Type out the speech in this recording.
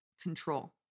control